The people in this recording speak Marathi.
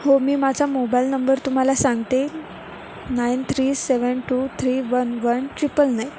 हो मी माझा मोबाईल नंबर तुम्हाला सांगते nine three seven two three one one triple nine